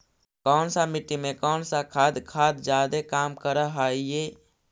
कौन सा मिट्टी मे कौन सा खाद खाद जादे काम कर हाइय?